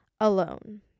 alone